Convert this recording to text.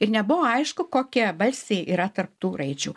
ir nebuvo aišku kokie balsiai yra tarp tų raidžių